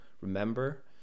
remember